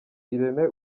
irene